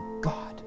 God